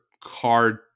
card